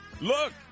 look